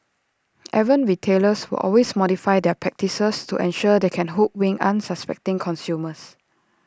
errant retailers will always modify their practices to ensure they can hoodwink unsuspecting consumers